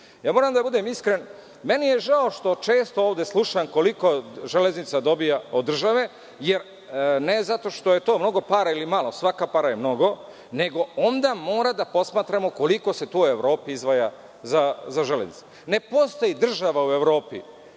osnovama. Moram da budem iskren, meni je žao što često ovde slušam koliko železnica dobija od države, ne zato što je to mnogo para ili malo, svaka para je mnogo, nego onda mora da posmatramo koliko se u Evropi izdvaja za železnice. Ne postoji država u Evropi